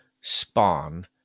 spawn